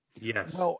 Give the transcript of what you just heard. Yes